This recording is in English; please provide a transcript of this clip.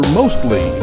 mostly